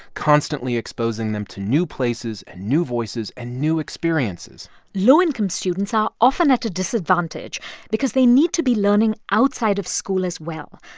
constantly exposing them to new places and new voices and new experiences low-income students are often at a disadvantage because they need to be learning outside of school as well.